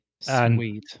Sweet